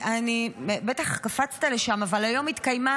בטח קפצת לשם, היום התקיימה